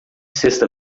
sexta